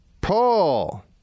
Paul